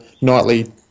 nightly